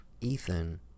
Ethan